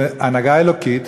להנהגה אלוקית,